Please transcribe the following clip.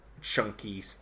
chunky